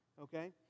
Okay